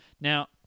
Now